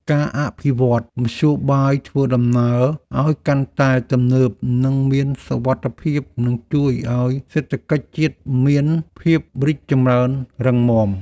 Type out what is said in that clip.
ការអភិវឌ្ឍន៍មធ្យោបាយធ្វើដំណើរឱ្យកាន់តែទំនើបនិងមានសុវត្ថិភាពនឹងជួយឱ្យសេដ្ឋកិច្ចជាតិមានភាពរីកចម្រើនរឹងមាំ។